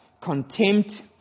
contempt